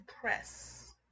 press